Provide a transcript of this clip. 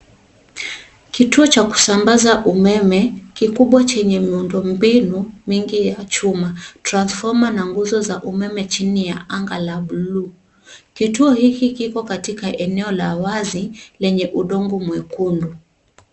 Kituo cha kusambaza umeme, kikubwa chenye muundo mbinu mingi ya chuma. Transfoma na nguzo za umeme chini ya anga la buluu. Kituo hiki kiko katika eneo la wazi, lenye udongo mwekundu.